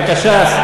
בבקשה.